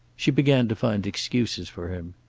she began to find excuses for him.